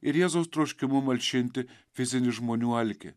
ir jėzaus troškimu malšinti fizinį žmonių alkį